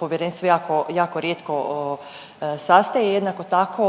povjerenstvo jako, jako rijetko sastaje. Jednako tako